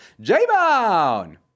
J-Bone